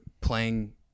playing